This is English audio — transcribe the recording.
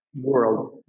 world